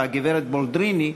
הגברת בולְדְריני,